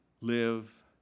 live